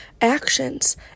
actions